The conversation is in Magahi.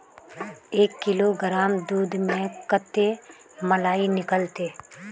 एक किलोग्राम दूध में कते मलाई निकलते?